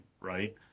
right